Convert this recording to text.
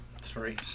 three